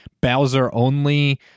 Bowser-only